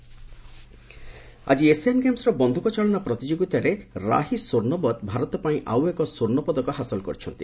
Asian Games ଆଜି Asian ଗେମ୍ସରେ ବନ୍ଧୁକ ଚାଳନା ପ୍ରତିଯୋଗିତାରେ ରାହି ସ୍ୱର୍ଷ୍ଣୋବୋତ୍ ଭାରତ ପାଇଁ ଆଉ ଏକ ସ୍ୱର୍ଷପଦକ ହାସଲ କରିଛନ୍ତି